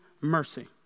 mercy